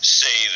say